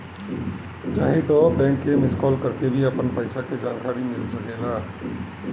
चाहे त बैंक के मिस कॉल करके भी अपन पईसा के जानकारी मिल सकेला